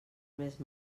més